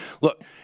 look—